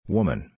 Woman